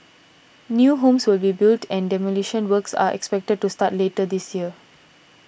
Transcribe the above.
new homes will be built and demolition works are expected to start later this year